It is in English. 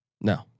no